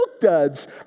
duds